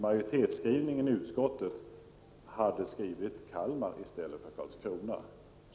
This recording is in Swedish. Majoriteten i utskottet hade då föreslagit Kalmar i stället för Karlskrona.